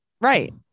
Right